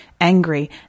angry